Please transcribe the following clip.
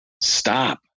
stop